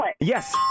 Yes